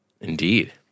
Indeed